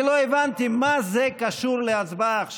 אני לא הבנתי מה זה קשור להצבעה עכשיו,